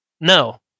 No